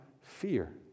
fear